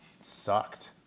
sucked